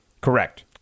Correct